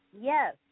Yes